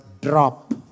drop